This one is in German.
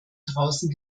draußen